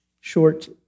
short